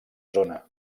zona